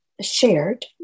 shared